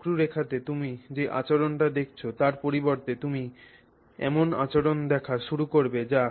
লাল বক্ররেখাতে তুমি যে আচরণটি দেখছ তার পরিবর্তে তুমি এখন এমন আচরণ দেখা শুরু করবে যা